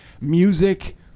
Music